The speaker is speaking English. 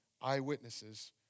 eyewitnesses